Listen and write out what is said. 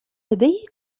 لديه